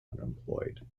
unemployed